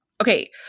Okay